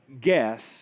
guess